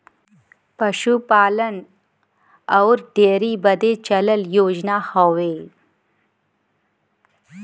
पसूपालन अउर डेअरी बदे चलल योजना हौ